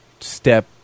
step